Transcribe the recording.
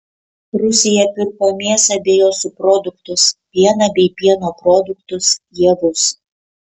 rusija pirko mėsą bei jos subproduktus pieną bei pieno produktus javus